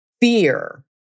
fear